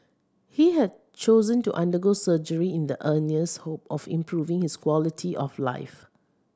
he had chosen to undergo surgery in the earnest hope of improving his quality of life